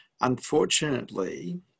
Unfortunately